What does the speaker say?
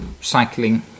cycling